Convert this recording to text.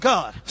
God